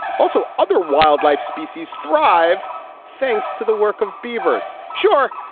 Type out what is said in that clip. also, other wildlife species thrive thanks to the work of beavers. sure,